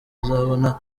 azabona